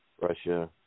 Russia